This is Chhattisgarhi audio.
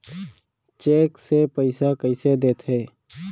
चेक से पइसा कइसे देथे?